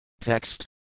Text